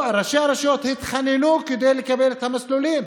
ראשי הרשויות התחננו לקבל את המסלולים